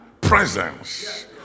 presence